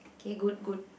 K good good